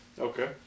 Okay